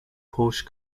porsche